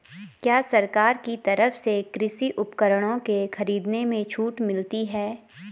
क्या सरकार की तरफ से कृषि उपकरणों के खरीदने में छूट मिलती है?